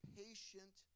patient